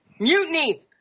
Mutiny